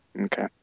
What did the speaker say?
Okay